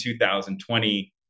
2020